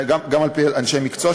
גם על-פי אנשי מקצוע,